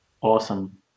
Awesome